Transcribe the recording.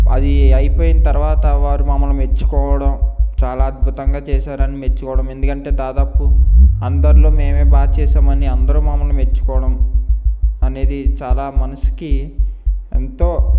అది అయిపోయిన తర్వాత వారు మమ్మల్ని మెచ్చుకోవడం చాలా అద్భుతంగా చేశారని మెచ్చుకోవడం ఎందుకంటే దాదాపు అందరిలో మేమే బాగా చేశామని అందరూ మమ్మల్ని మెచ్చుకోవడం అనేది చాలా మనసుకి ఎంతో